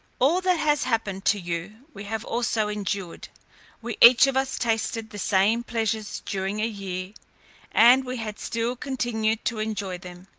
all that has happened to you we have also endured we each of us tasted the same pleasures during a year and we had still continued to enjoy them,